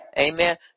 Amen